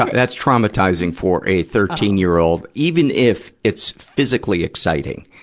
that's traumatizing for a thirteen year old, even if it's physically exciting,